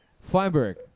Feinberg